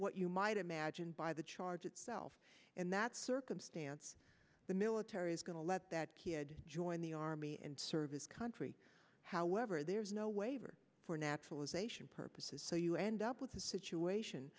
what you might imagine by the charge itself in that circumstance the military is going to let that kid join the army and serve his country however there is no waiver for naturalization purposes so you end up with a situation